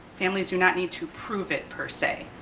families do not need to prove it per se.